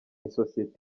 isosiyete